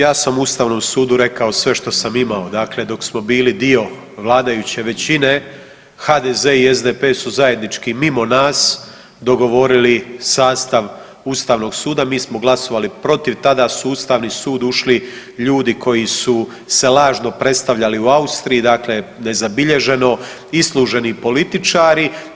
Pa dakle, ja sam Ustavnom sudu rekao sve što sam imao, dakle dok smo bili dio vladajuće većine, HDZ i SDP su zajednički mimo nas dogovorili sastav Ustavnog suda, mi smo glasovali protiv, tada su u Ustavni sud ušli ljudi koji su se lažno predstavljali u Austriji, dakle nezabilježeno isluženi političari.